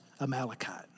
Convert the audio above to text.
Amalekite